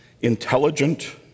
intelligent